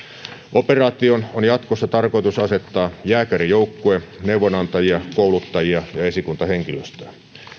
operaatioon on jatkossa tarkoitus asettaa jääkärijoukkue neuvonantajia kouluttajia ja esikuntahenkilöstöä